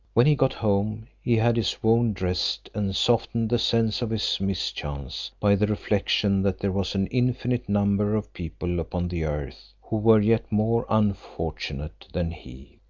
when he got home, he had his wound dressed, and softened the sense of his mischance by the reflection that there was an infinite number of people upon the earth, who were yet more unfortunate than he.